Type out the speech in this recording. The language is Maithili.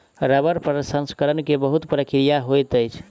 रबड़ प्रसंस्करण के बहुत प्रक्रिया होइत अछि